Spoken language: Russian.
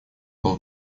был